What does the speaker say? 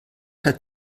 hat